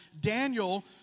Daniel